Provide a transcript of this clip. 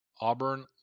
Auburn